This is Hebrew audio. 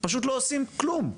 פשוט לא עושים כלום.